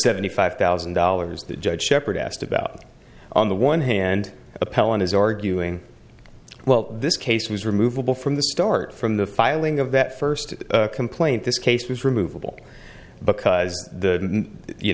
seventy five thousand dollars that judge sheppard asked about on the one hand appellant is arguing well this case was removable from the start from the filing of that first complaint this case was removable because the you